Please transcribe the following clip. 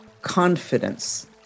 confidence